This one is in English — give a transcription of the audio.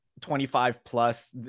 25-plus